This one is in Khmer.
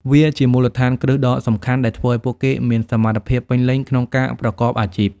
វាជាមូលដ្ឋានគ្រឹះដ៏សំខាន់ដែលធ្វើឱ្យពួកគេមានសមត្ថភាពពេញលេញក្នុងការប្រកបអាជីព។